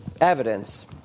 evidence